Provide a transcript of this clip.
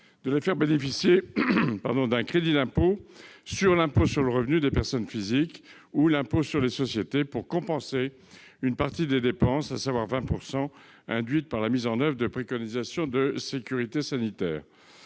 de l'environnement », d'un crédit d'impôt sur l'impôt sur le revenu des personnes physiques ou sur l'impôt sur les sociétés pour compenser 20 % des dépenses induites par la mise en oeuvre des préconisations de sécurité sanitaire.